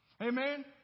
Amen